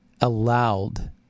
allowed